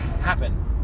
happen